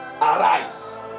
arise